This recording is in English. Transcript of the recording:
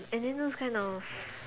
and then those kind of